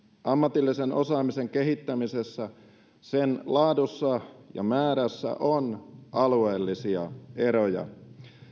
ammatillisen osaamisen kehittämisessä sen laadussa ja määrässä on alueellisia eroja